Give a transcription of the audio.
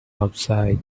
outside